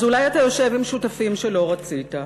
אז אולי אתה יושב עם שותפים שלא רצית,